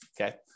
okay